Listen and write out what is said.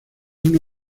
uno